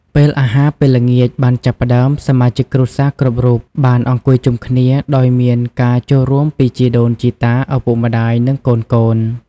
ពេលអាហារពេលល្ងាចបានចាប់ផ្តើម សមាជិកគ្រួសារគ្រប់រូបបានអង្គុយជុំគ្នា ដោយមានការចូលរួមពីជីដូនជីតា ឪពុកម្តាយ និងកូនៗ។